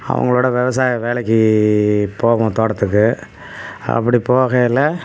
அவங்களோட விவசாய வேலைக்கு போவோம் தோட்டத்துக்கு அப்படி போகையில்